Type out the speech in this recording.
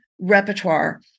repertoire